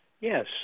Yes